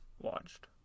watched